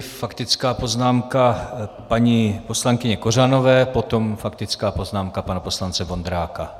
Faktická poznámka paní poslankyně Kořanové, potom faktická poznámka pana poslance Vondráka.